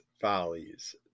follies